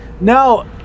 Now